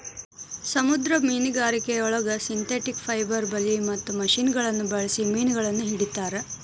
ಸಮುದ್ರ ಮೇನುಗಾರಿಕೆಯೊಳಗ synthetic fibre ಬಲಿ ಮತ್ತ ಮಷಿನಗಳನ್ನ ಬಳ್ಸಿ ಮೇನಗಳನ್ನ ಹಿಡೇತಾರ